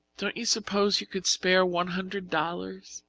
don't you suppose you could spare one hundred dollars?